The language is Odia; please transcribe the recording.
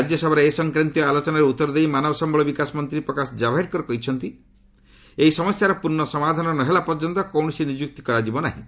ରାଜ୍ୟସଭାରେ ଏ ସଂକ୍ରାନ୍ତୀୟ ଆଲୋଚନାରେ ଉତ୍ତର ଦେଇ ମାନବ ସମ୍ଭଳ ବିକାଶ ମନ୍ତ୍ରୀ ପ୍ରକାଶ ଜାବ୍ଡେକର କହିଛନ୍ତି ଏହି ସମସ୍ୟାର ପୂର୍ଣ୍ଣ ସମାଧାନ ନ ହେଲା ପର୍ଯ୍ୟନ୍ତ କୌଣସି ନିଯୁକ୍ତି କରାଯିବ ନାହିଁ